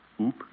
Oop